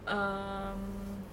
err